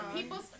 People